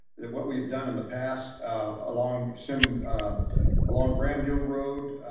what we've done in the past along so along graham hill road